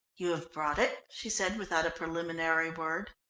you have brought it? she said, without a preliminary word.